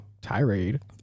tirade